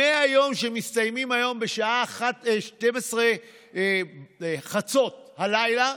100 יום שמסתיימים היום בשעה 24:00, חצות הלילה,